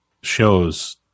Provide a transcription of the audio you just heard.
shows